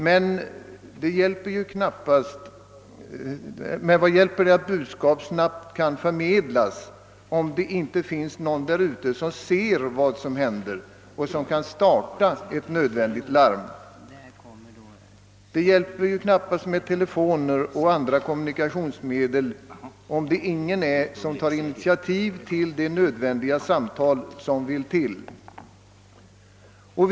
Men vad hjälper det att ett budskap snabbt kan förmedlas, om det inte finns någon där ute som ser vad som händer och som . kan starta ett nödvändigt larm? Telefoner och andra kommunikationsmedel är ju inte till någon nytta, om ingen kan ta initiativ till de samtal som erfordras.